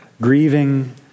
grieving